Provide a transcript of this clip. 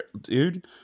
dude